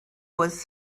was